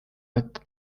võtta